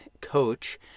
coach